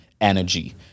energy